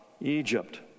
Egypt